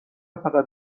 فقط